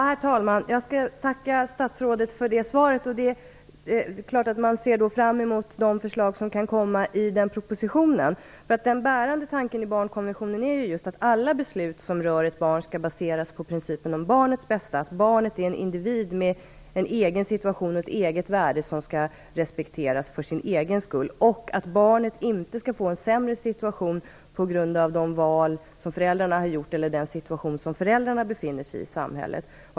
Herr talman! Jag vill tacka statsrådet för svaret. Det är klart att man ser fram emot de förslag som kan komma i den propositionen. Den bärande tanken i barnkonventionen är just att alla beslut som rör ett barn skall baseras på principen om barnets bästa. Barnet är en individ med en egen situation och ett eget värde som skall respekteras för sin egen skull. Barnet skall inte få en sämre situation på grund av de val föräldrarna har gjort eller den situation i samhället som föräldrarna befinner sig i.